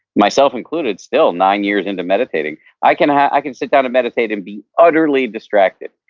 myself included, still nine years into meditating i can i can sit down and meditate and be utterly distracted,